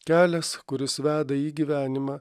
kelias kuris veda į gyvenimą